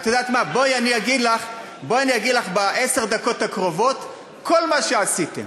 בואי אני אגיד לך בעשר הדקות הקרובות כל מה שעשיתם.